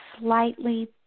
slightly